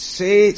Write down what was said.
say